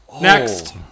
next